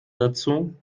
dazu